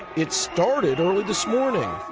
it started early this morning.